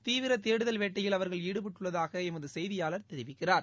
தீவிர தேடுதல் வேட்டையில் அவர்கள் ஈடுபட்டுள்ளதாக எமது செய்தியாளர் தெரிவிக்கிறார்